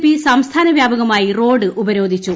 P സംസ്ഥാന വ്യാപകമായി road ഉപരോധിച്ചു